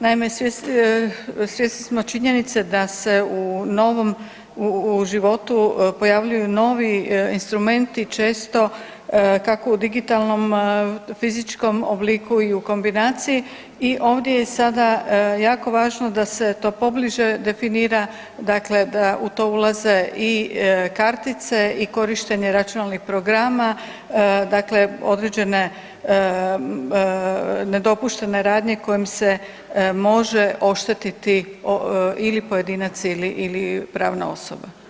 Naime, svjesni smo činjenice da se u novom u životu pojavljuju novi instrumenti, često kako u digitalnom, fizičkom obliku i u kombinaciji i ovdje je sada jako važno da se to pobliže definira, dakle da u to ulaze i kartice i korištenje računalnih programa, dakle određene nedopuštene radnje kojim se može oštetiti ili pojedinac ili pravna osoba.